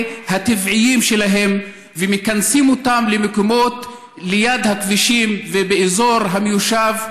הטבעיים שלהם ומכנסים אותם למקומות ליד הכבישים ובאזור המיושב,